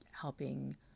helping